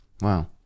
Wow